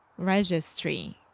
registry